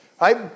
right